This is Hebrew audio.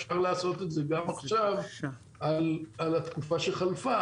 אפשר לעשות את זה גם עכשיו על התקופה שחלפה,